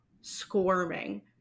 squirming